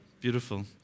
Beautiful